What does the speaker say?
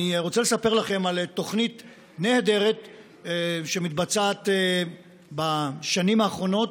אני רוצה לספר לכם על תוכנית נהדרת שמתבצעת בשנים האחרונות,